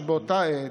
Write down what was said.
שבאותה עת,